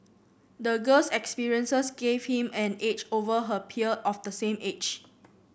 the girl's experiences gave him an edge over her peer of the same age